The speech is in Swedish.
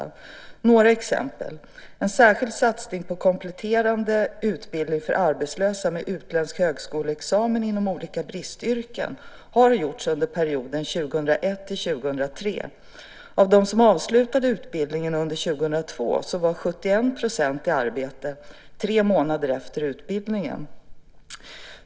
Här är några exempel: En särskild satsning på kompletterande utbildning för arbetslösa med utländsk högskoleexamen inom olika bristyrken har gjorts under perioden 2001-2003. Av dem som avslutade utbildningen under år 2002 var 71 % i arbete tre månader efter utbildningen.